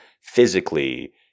physically